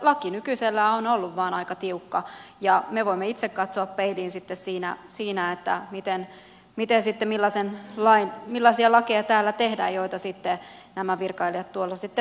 laki nykyisellään on vain ollut aika tiukka ja me voimme itse katsoa peiliin sitten siinä että miten miten sitä millaisen lain millaisia lakeja täällä tehdään ja millaisia lakeja nämä virkailijat tuolla sitten toteuttavat